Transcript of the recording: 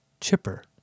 chipper